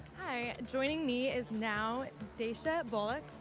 hi. joining me is now deja bullock.